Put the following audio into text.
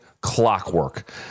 clockwork